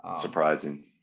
Surprising